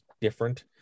different